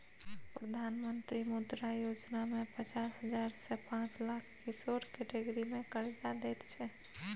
प्रधानमंत्री मुद्रा योजना मे पचास हजार सँ पाँच लाख किशोर कैटेगरी मे करजा दैत छै